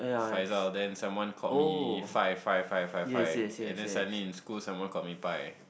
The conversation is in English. Faizal then someone call me Fai Fai Fai Fai Fai and then suddenly in school someone called me Pai